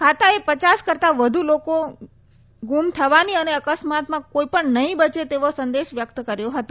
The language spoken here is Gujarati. ખાતાએ પચાસ કરતાં વધુ લોકો ગુણ થવાની અને અકસ્માતમાં કોઈ પણ નહીં બચે તેવો સંદેહ વ્યક્ત કર્યો છે